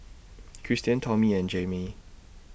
Christen Tommy and Jayme